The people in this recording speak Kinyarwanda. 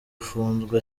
afunzwe